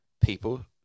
people